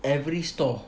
every store